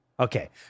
Okay